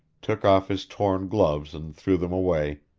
took off his torn gloves and threw them away,